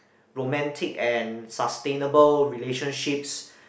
romantic and sustainable relationships